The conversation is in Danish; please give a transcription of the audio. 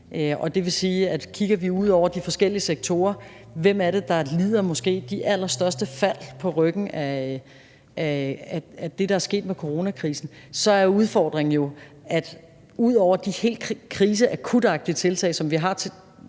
Det vil sige, at kigger vi ud over de forskellige sektorer, hvilken sektor er det så, der lider de allerstørste fald på ryggen af det, der er sket, med coronakrisen. Så er udfordringen jo, at ud over de helt akutte kriseagtige tiltag, som vi har